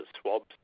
swabs